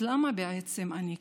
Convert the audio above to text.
אז למה בעצם אני כאן?